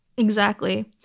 exactly.